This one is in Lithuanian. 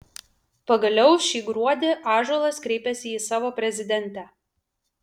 pagaliau šį gruodį ąžuolas kreipiasi į savo prezidentę